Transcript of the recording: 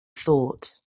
thought